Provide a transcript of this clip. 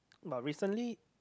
but recently